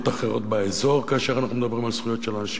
אחרות באזור כאשר אנחנו מדברים על זכויות של אנשים,